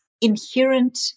inherent